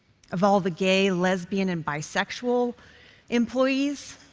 of all the gay, lesbian and bisexual employees,